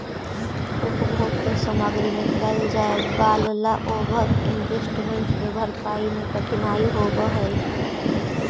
उपभोग के सामग्री में कैल जाए वालला ओवर इन्वेस्टमेंट के भरपाई में कठिनाई होवऽ हई